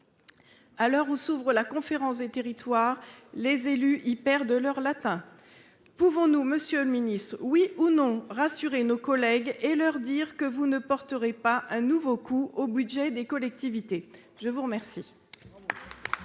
À l'heure où s'ouvre la Conférence nationale des territoires, les élus y perdent leur latin ! Pouvons-nous, monsieur le secrétaire d'État, oui ou non, rassurer nos collègues et leur dire que vous ne porterez pas un nouveau coup au budget des collectivités territoriales